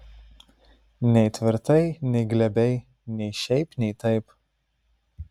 nei tvirtai nei glebiai nei šiaip nei taip